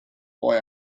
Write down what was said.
boy